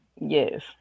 Yes